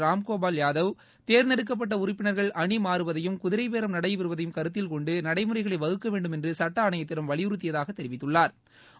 ராம்கோபால் யாதவ் தேர்ந்தெடுக்கப்பட்ட உறுப்பினர்கள் அணி மாறுவதையும் குதிரைப் பேரம் நடைபெறுவதையும் கருத்தில் கொண்டு நடைமுறைகளை வகுக்க வேண்டும் என்று சட்ட ஆணையத்திடம் வலியிறுத்தியதாக தெரிவித்துள்ளாா்